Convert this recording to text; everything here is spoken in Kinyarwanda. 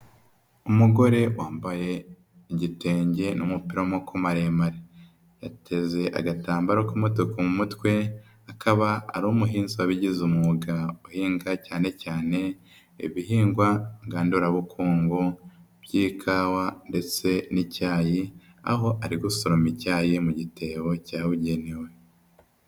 Umugore wambaye igitenge n'umupira wamako maremare. Yateze agatambaro k'umutuku ku mutwe, akaba ari umuhinzi w'bigize umwuga uhinga cyane cyane ibihingwa ngandurabukungu by'ikawa ndetse n'icyayi, aho ari gusoroma icyayi mu gitebo cyabugenewe.